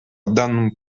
данному